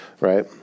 Right